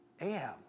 Ahab